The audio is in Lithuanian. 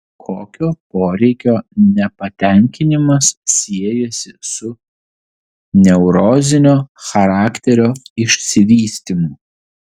kokio poreikio nepatenkinimas siejasi su neurozinio charakterio išsivystymu